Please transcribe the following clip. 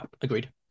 agreed